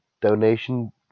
donation